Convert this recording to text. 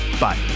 Bye